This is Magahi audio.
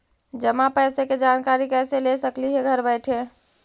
जमा पैसे के जानकारी कैसे ले सकली हे घर बैठे?